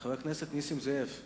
חבר הכנסת נסים זאב,